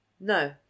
No